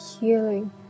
healing